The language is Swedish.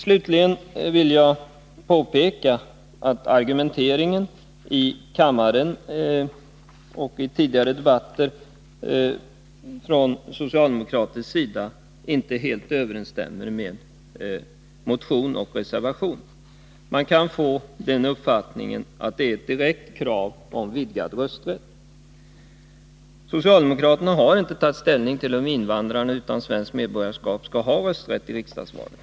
Slutligen vill jag påpeka att argumenteringen i kammaren och i tidigare debatter från socialdemokratisk sida inte helt överensstämmer med kraven i motionen och reservationen. Man kan av den debatten få uppfattningen att socialdemokraterna ställer ett direkt krav på vidgad rösträtt. Men socialdemokraterna har inte tagit ställning till om invandrare utan svenskt medborgarskap skall ha rösträtt i riksdagsvalet.